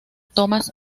tomás